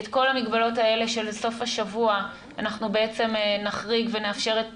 את כל המגבלות האלה של סוף השבוע אנחנו בעצם נחריג ונאפשר את פתיחתם.